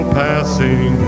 passing